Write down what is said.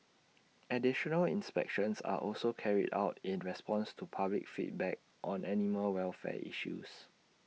additional inspections are also carried out in response to public feedback on animal welfare issues